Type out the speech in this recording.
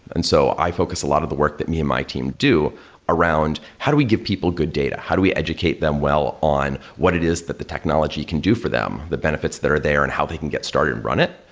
and so i focus a lot of the work that me and my team do around how do we give people good data? how do we educate them well on what it is that the technology can do for them? the benefits that are there and how they can get started and run it,